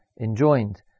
enjoined